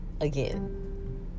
again